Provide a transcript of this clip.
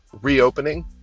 reopening